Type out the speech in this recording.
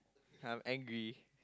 I'm angry